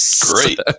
Great